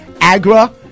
agra